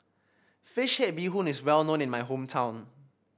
fish head Bee Hoon is well known in my hometown